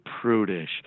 prudish